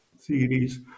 theories